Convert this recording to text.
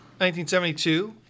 1972